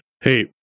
Hey